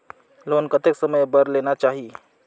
Loan कतेक समय बर लेना चाही?